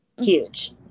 huge